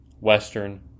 Western